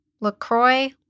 LaCroix